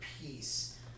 peace